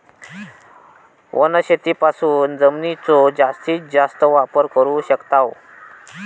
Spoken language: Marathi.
वनशेतीपासून जमिनीचो जास्तीस जास्त वापर करू शकताव